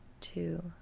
two